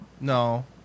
No